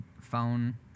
phone